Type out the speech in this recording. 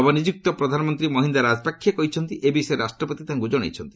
ନବନିଯୁକ୍ତ ପ୍ରଧାନମନ୍ତ୍ରୀ ମହିନ୍ଦା ରାଜପାକ୍ଷେ କହିଛନ୍ତି ଏହି ବିଷୟରେ ରାଷ୍ଟ୍ରପତି ତାଙ୍କୁ ଜଣାଇଛନ୍ତି